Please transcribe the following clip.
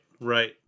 right